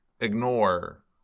ignore